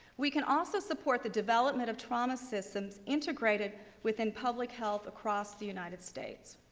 we can also support the development of trauma systems integrated within public health across the united states.